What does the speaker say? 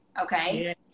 okay